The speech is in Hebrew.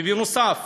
ובנוסף,